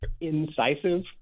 incisive